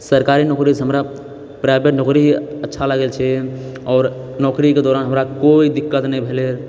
सरकारी नौकरीसँ हमरा प्राइवेट नौकरी ही अच्छा लागै छै आओर नौकरीके दौरान हमरा कोइ दिक्कत नहि भेलैरऽ